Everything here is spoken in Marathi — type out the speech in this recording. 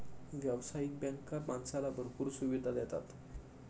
व्यावसायिक बँका माणसाला भरपूर सुविधा देतात